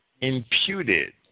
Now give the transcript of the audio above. imputed